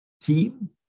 team